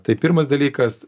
tai pirmas dalykas